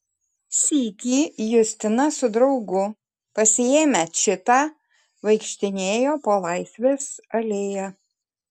sykį justina su draugu pasiėmę čitą vaikštinėjo po laisvės alėją